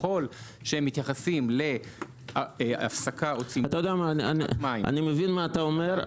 ככל שהם מתייחסים להפסקה או צמצום- -- אני מבין מה אתה אומר.